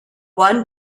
one